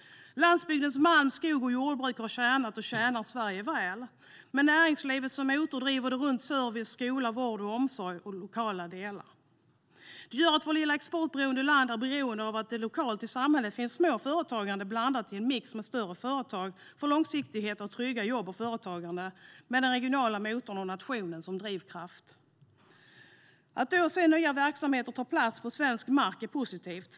Landsbygdens malm, skog och jordbruk har tjänat och tjänar Sverige väl. Med näringslivet som motor driver det runt service, skola, vård och omsorg och lokala delar. Vårt lilla, exportberoende land är beroende av att det lokalt i samhällen finns små företag blandat med större företag för att trygga jobb och företagande långsiktigt, med den regionala motorn och nationen som drivkraft. Det är positivt att se nya verksamheter ta plats på svensk mark.